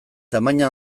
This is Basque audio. tamaina